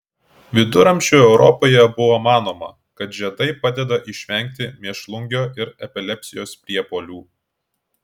viduramžių europoje buvo manoma kad žiedai padeda išvengti mėšlungio ir epilepsijos priepuolių